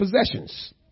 possessions